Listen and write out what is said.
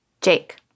Jake